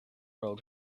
road